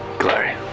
Glory